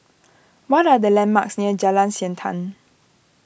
what are the landmarks near Jalan Siantan